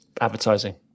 advertising